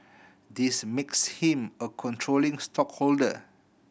this makes him a controlling stakeholder